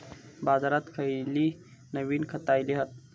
बाजारात खयली नवीन खता इली हत?